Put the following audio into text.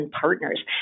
partners